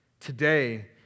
Today